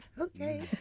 Okay